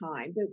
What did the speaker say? time